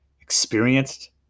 experienced